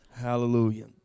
hallelujah